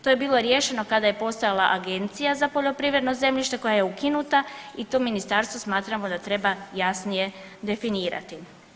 To je bilo riješeno kada je postojala Agencija za poljoprivredno zemljište koja je ukinuta i tu ministarstvo smatramo da treba jasnije definirati.